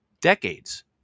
decades